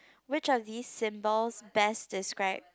which of this symbols best describe